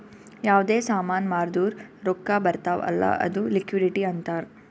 ಯಾವ್ದೇ ಸಾಮಾನ್ ಮಾರ್ದುರ್ ರೊಕ್ಕಾ ಬರ್ತಾವ್ ಅಲ್ಲ ಅದು ಲಿಕ್ವಿಡಿಟಿ ಅಂತಾರ್